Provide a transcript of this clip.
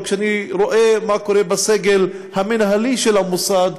אבל כשאני רואה מה קורה בסגל המינהלי של המוסד,